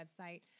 website